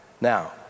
now